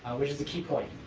which is a key point.